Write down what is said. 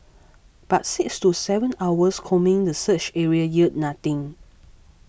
but six to seven hours combing the search area yielded nothing